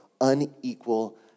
unequal